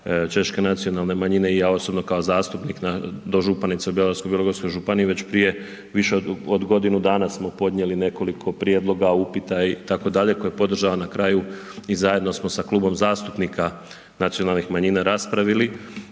češke nacionalne manjine i ja osobno kao zastupnik na dožupanice u Bjelovarsko-bilogorskoj županiji već prije više od godinu dana smo podnijeli nekoliko prijedloga, upita itd., koje podržava na kraju i zajedno smo sa klubom zastupnika nacionalnih manjina raspravili